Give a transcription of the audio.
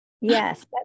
Yes